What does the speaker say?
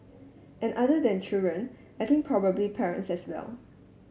and other than children I think probably parents as well